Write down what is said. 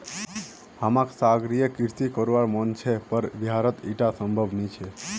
हमाक सागरीय कृषि करवार मन छ पर बिहारत ईटा संभव नी छ